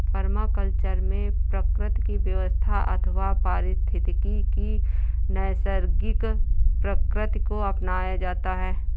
permaculture में प्रकृति की व्यवस्था अथवा पारिस्थितिकी की नैसर्गिक प्रकृति को अपनाया जाता है